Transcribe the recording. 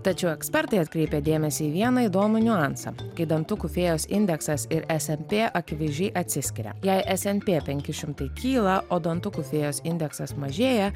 tačiau ekspertai atkreipia dėmesį į vieną įdomų niuansą kai dantukų fėjos indeksas ir snp akivaizdžiai atsiskiria jei snp penki šimtai kyla o dantukų fėjos indeksas mažėja